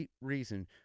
reason